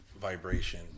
Vibration